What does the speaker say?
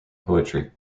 poetry